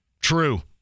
True